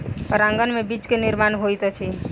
परागन में बीज के निर्माण होइत अछि